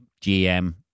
GM